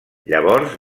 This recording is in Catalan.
llavors